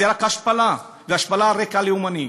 זה רק השפלה, וההשפלה היא על רקע לאומני,